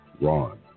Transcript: Ron